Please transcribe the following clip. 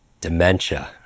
dementia